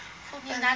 Foodpan~